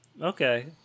Okay